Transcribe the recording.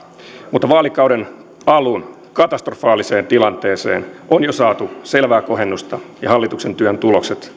mutta vaalikauden alun katastrofaaliseen tilanteeseen on jo saatu selvää kohennusta ja hallituksen työn tulokset